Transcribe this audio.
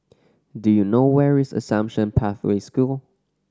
do you know where is Assumption Pathway School